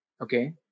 Okay